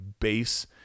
base